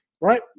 right